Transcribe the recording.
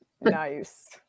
Nice